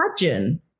imagine